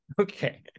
Okay